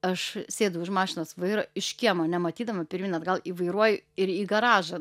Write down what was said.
aš sėdu už mašinos vairo iš kiemo nematydama pirmyn atgal įvairuoju ir į garažą